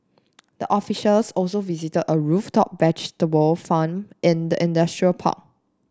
the officials also visited a rooftop vegetable farm in the industrial park